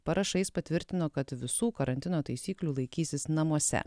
parašais patvirtino kad visų karantino taisyklių laikysis namuose